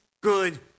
good